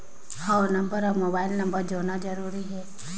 हव नंबर अउ mobile number जोड़ना जरूरी हे?